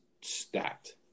stacked